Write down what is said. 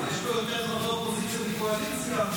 יש פה יותר חברי אופוזיציה מקואליציה.